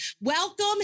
Welcome